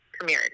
premiered